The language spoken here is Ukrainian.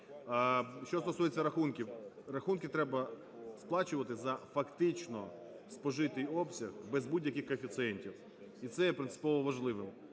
Що стосується рахунків. Рахунки треба сплачувати за фактично спожитий обсяг без будь-яких коефіцієнтів, і це є принципово важливим.